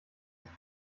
sich